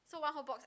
so one whole box